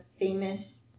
famous